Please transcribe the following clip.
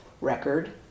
Record